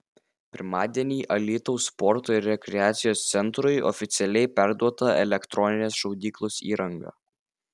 pirmadienį alytaus sporto ir rekreacijos centrui oficialiai perduota elektroninės šaudyklos įranga